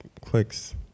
clicks